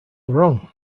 wrong